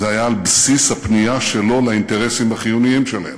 זה היה על בסיס הפנייה שלו לאינטרסים החיוניים שלהם: